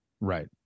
Right